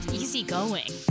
easygoing